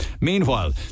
Meanwhile